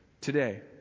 today